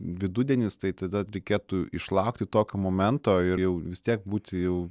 vidudienis tai tada reikėtų išlaukti tokio momento ir jau vis tiek būti jau